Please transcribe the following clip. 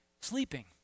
Sleeping